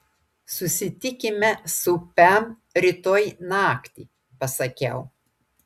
susitikime su pem rytoj naktį pasakiau